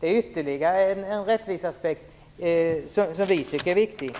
Det är ytterligare en rättviseaspekt som vi tycker är viktig.